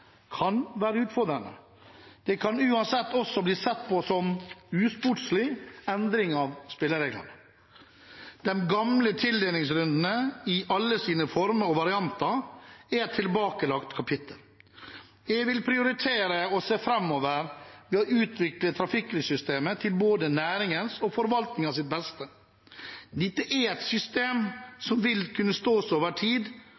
kan være utfordrende. Det kan uansett også bli sett på som en usportslig endring av spillereglene. De gamle tildelingsrundene, i alle sine former og varianter, er et tilbakelagt kapittel. Jeg vil prioritere å se framover ved å utvikle trafikklyssystemet til både næringens og forvaltningens beste. Dette er et system som vil kunne stå seg over tid,